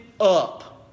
up